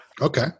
Okay